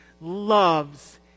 loves